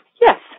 Yes